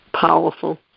powerful